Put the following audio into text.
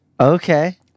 Okay